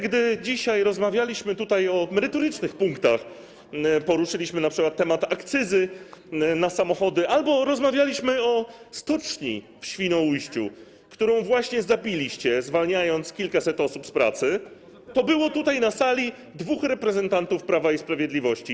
Gdy dzisiaj rozmawialiśmy tutaj o merytorycznych punktach, poruszaliśmy np. temat akcyzy na samochody albo rozmawialiśmy o stoczni w Świnoujściu, którą właśnie zabiliście, zwalniając kilkaset osób z pracy, to było na sali dwóch reprezentantów Prawa i Sprawiedliwości.